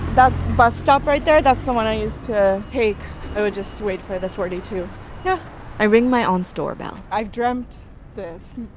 that bus stop right there that's the one i used to take. i would just wait for the forty two, yeah i ring my aunt's doorbell i've dreamt this